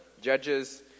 Judges